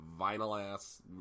vinyl-ass